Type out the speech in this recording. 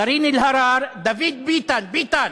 קארין אלהרר, דוד ביטן, ביטן,